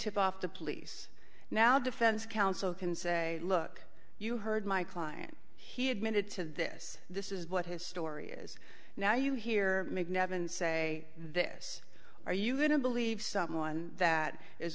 tip off the police now defense counsel can say look you heard my client he admitted to this this is what his story is now you hear mcnabb and say this or you wouldn't believe someone that is